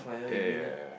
ya ya ya ya